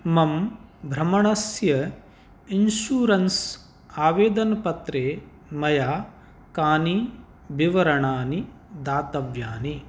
मम भ्रमणस्य इन्शुरन्स् आवेदनपत्रे मया कानि विवरणानि दातव्यानि